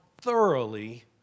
thoroughly